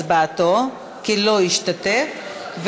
הצעת החוק להגדלת שיעור ההשתתפות בכוח העבודה